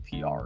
pr